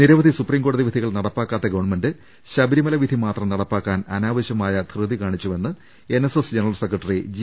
നിരവധി സുപ്രീം കോടതി വിധികൾ നടപ്പാക്കാത്ത ഗവൺമെന്റ് ശബരിമല വിധി മാത്രം നടപ്പാക്കാൻ അനാവശ്യമായ ധൃതി കാണിച്ചുവെന്ന് എൻഎസ്എസ് ജനറൽ സെക്രട്ടറി ജി